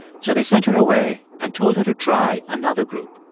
so they sent her away and told her to try another group.